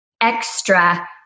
extra